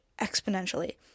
exponentially